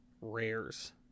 rares